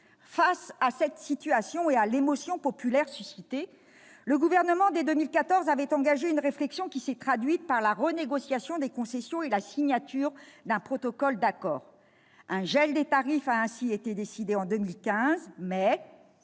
Face à cette situation et à l'émotion populaire suscitée, le Gouvernement avait engagé dès 2014 une réflexion, qui s'est traduite par la renégociation des concessions et la signature d'un protocole d'accord. Un gel des tarifs a ainsi été décidé en 2015, mais